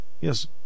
Yes